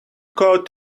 coat